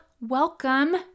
Welcome